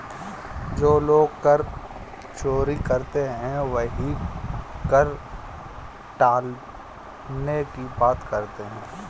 जो लोग कर चोरी करते हैं वही कर टालने की बात करते हैं